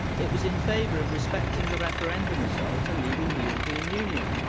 it was in favour of respecting the referendum result and leaving the european union.